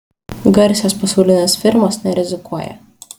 garsios pasaulinės firmos nerizikuoja